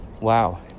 Wow